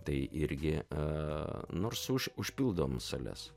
tai irgi nors už užpildom sales